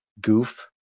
goof